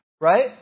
right